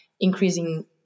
increasing